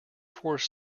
force